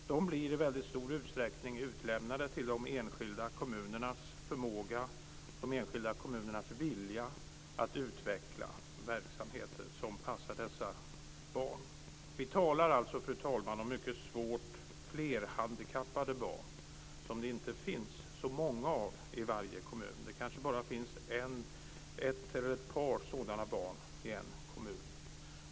De blir i mycket stor utsträckning utlämnade till de enskilda kommunernas förmåga, de enskilda kommunernas vilja att utveckla verksamheter som passar dessa barn. Vi talar alltså, fru talman, om mycket svårt flerhandikappade barn, som det inte finns så många av i varje kommun. Det kanske bara finns ett eller ett par sådana barn i en kommun.